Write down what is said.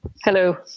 Hello